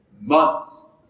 months